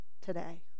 today